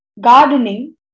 gardening